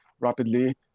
rapidly